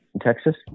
Texas